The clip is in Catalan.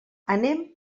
anem